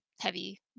heavy